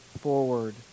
forward